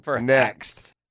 Next